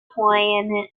planet